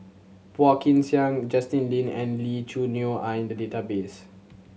Phua Kin Siang Justin Lean and Lee Choo Neo are in the database